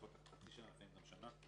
זה יכול לקחת חצי שנה ולפעמים גם שנה.